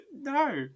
no